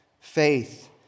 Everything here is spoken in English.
faith